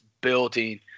building